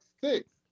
six